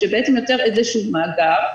שבעצם יוצר איזשהו מאגר.